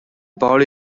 parole